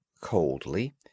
Coldly